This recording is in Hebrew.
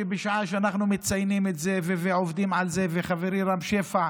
בשעה שאנחנו מציינים את זה ועובדים על זה וחברי רם שפע